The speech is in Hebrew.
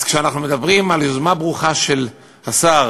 אז כשאנחנו מדברים על יוזמה ברוכה של השר,